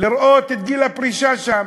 לראות את גיל הפרישה שם.